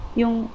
yung